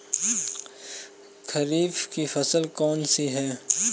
खरीफ की फसल कौन सी है?